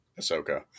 Ahsoka